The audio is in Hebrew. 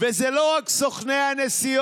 וזה לא רק סוכני הנסיעות,